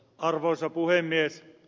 arvoisa puhemies